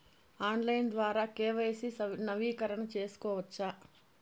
Online ద్వారా KYC నవీకరణ సేసుకోవచ్చా?